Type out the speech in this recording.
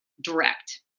direct